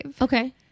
Okay